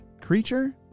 creature